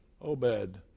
Obed